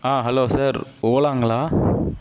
ah hello sir ஓலாங்களா